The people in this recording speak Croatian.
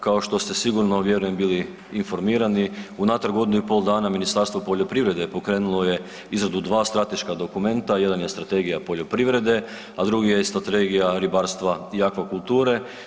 Kao što ste sigurno vjerujem bili informirali unatrag godinu i pol dana Ministarstvo poljoprivrede pokrenulo je izradu dva strateška dokumenta, jedan je strategija poljoprivrede, a drugi je strategija ribarstva i akvakulture.